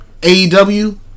AEW